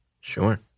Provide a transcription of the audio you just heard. Sure